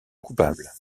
coupable